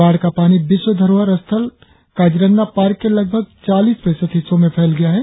बाढ़ का पानी विश्व धरोहर कांजीरंगा पार्क के लगभग चालीस प्रतिशत हिस्सों में फैल गया है